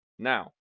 Now